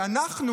שאנחנו,